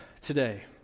today